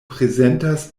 prezentas